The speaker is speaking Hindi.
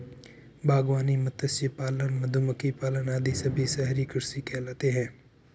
बागवानी, मत्स्य पालन, मधुमक्खी पालन आदि सभी शहरी कृषि कहलाते हैं